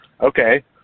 okay